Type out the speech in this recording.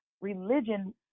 religion